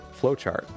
flowchart